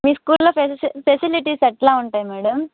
మీ స్కూల్లో ఫె ఫెసిలిటీస్ ఎలా ఉంటాయి మేడం